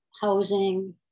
housing